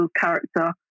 character